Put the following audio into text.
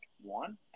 one